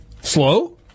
Slow